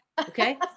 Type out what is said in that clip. okay